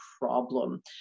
problem